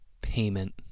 payment